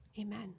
Amen